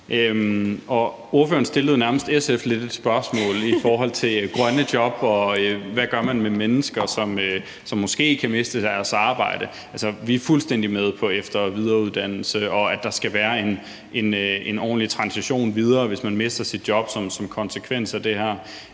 Ordføreren stillede jo nærmest lidt et spørgsmål til SF i forhold til grønne job, og hvad man gør ved mennesker, som måske kan miste deres arbejde. Altså, vi er fuldstændig med på efter- og videreuddannelse, og at der skal være en ordentlig transition videre, hvis man mister sit job som konsekvens af det her.